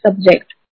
subject